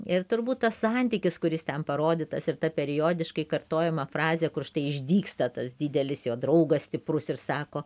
ir turbūt tas santykis kuris ten parodytas ir ta periodiškai kartojama frazė kur štai išdygsta tas didelis jo draugas stiprus ir sako